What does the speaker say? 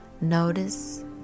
Notice